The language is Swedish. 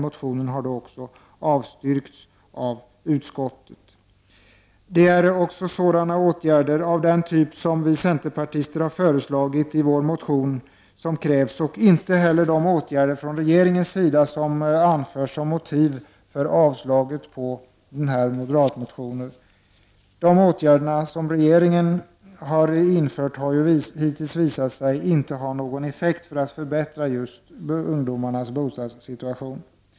Motionen har avstyrkts av utskottet. Det är åtgärder av den typ som vi centerpartister har föreslagit i vår motion som krävs. Det är inte heller de åtgärder som anförs från regeringens sida, som motiv för att avstyrka moderatmotionen, som behövs. De åtgärder som regerignen har vidtagit har hittills visat sig inte ha någon effekt för att förbättra just ungdomarnas bostadssituation.